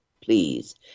please